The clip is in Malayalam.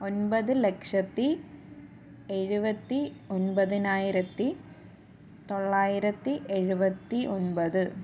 ഒൻപത് ലക്ഷത്തി എഴുപത്തി ഒൻപതിനായിരത്തി തൊള്ളായിരത്തി എഴുപത്തി ഒൻപത്